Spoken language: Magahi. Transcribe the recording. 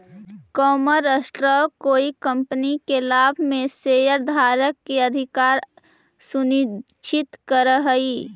कॉमन स्टॉक कोई कंपनी के लाभ में शेयरधारक के अधिकार सुनिश्चित करऽ हई